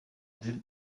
del